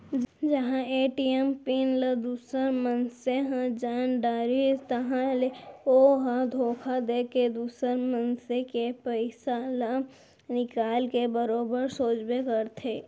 जिहां ATM pin ल दूसर मनसे ह जान डारिस ताहाँले ओ ह धोखा देके दुसर मनसे के पइसा ल निकाल के बरोबर सोचबे करथे